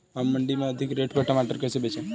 हम मंडी में अधिक रेट पर टमाटर कैसे बेचें?